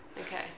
Okay